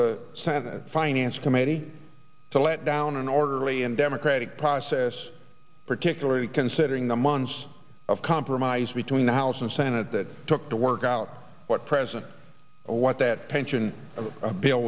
the senate finance committee to let down an orderly and democratic process particularly considering the months of compromise between the house and senate that took to work out what president what that pension bill